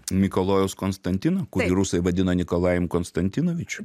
mikalojaus konstantino kurį rusai vadino nikolajum konstantinovičium